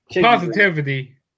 positivity